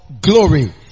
glory